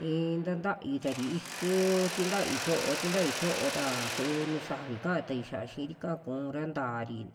I'i taatayu tari iku'u ti taayu cho'o, ti taayu cho'ota su ni safi kaatai xaa xi'irika kura, ntari